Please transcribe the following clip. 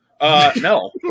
No